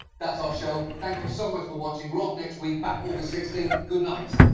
that's our show. thank you so much for watching. we're off next week. back august sixteenth. good night.